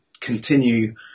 continue